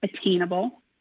attainable